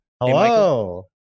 Hello